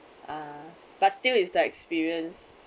ah but still is the experience